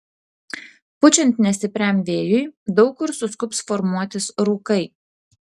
pučiant nestipriam vėjui daug kur suskubs formuotis rūkai